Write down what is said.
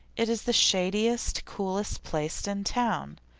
it is the shadiest, coolest place in town.